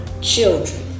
children